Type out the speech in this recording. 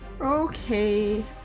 Okay